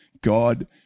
God